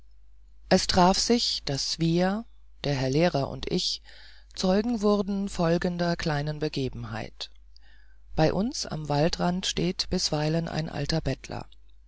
es traf sich daß wir der herr lehrer und ich zeugen wurden folgender kleinen begebenheit bei uns am waldrand steht bisweilen ein alter bettler